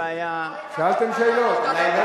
שאלתם שאלות.